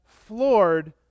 floored